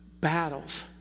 battles